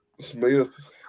Smith